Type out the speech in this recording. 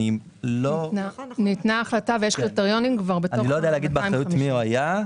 ניתנה הקצאה בתוך הדבר הזה.